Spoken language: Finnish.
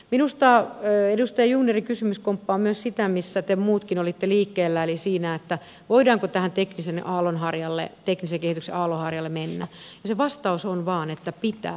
minusta edustaja jungnerin kysymys komppaa myös sitä missä te muutkin olitte liikkeellä eli että voidaanko tähän teknisen kehityksen aallonharjalle mennä ja se vastaus on vain että pitää